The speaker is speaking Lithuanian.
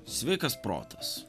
sveikas protas